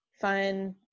fun